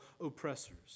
oppressors